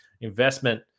investment